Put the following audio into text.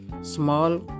Small